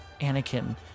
anakin